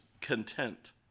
content